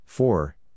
Four